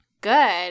good